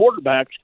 quarterbacks